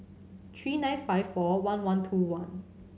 three nine five four one one two one